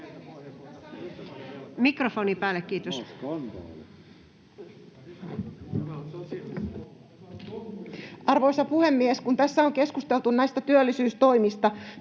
Edustaja Filatov. Arvoisa puhemies! Kun tässä on keskusteltu näistä työllisyystoimista,